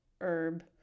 herb